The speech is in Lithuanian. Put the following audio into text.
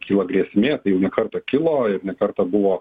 kyla grėsmė tai jau ne kartą kilo ir ne kartą buvo